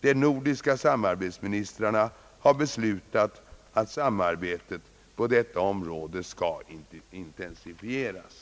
De nordiska samarbetsministrarna har beslutat att samarbetet på detta område skall intensifieras.